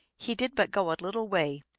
he did but go a little way,